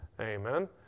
amen